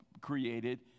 created